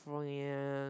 friends